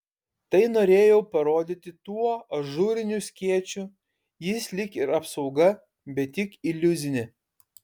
tai norėjau parodyti tuo ažūriniu skėčiu jis lyg ir apsauga bet tik iliuzinė